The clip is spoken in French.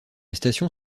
station